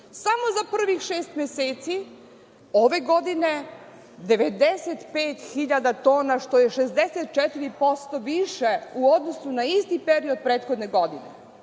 samo za prvih šest meseci ove godine 95.000 tona, što je 64% više u odnosu na isti period prethodne godine.